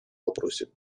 вопросе